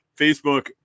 Facebook